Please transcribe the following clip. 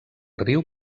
riu